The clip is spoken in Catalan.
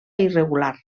irregular